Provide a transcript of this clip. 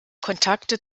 kontakte